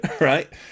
right